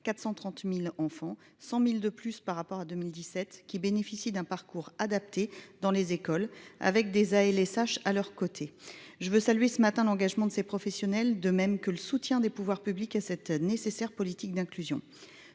430.000 enfants, 100.000 de plus par rapport à 2017 qui bénéficie d'un parcours adapté dans les écoles avec des ALSH à leurs côtés. Je veux saluer ce matin l'engagement de ces professionnels, de même que le soutien des pouvoirs publics à cette nécessaire politique d'inclusion.